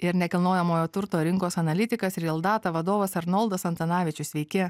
ir nekilnojamojo turto rinkos analitikas real data vadovas arnoldas antanavičius sveiki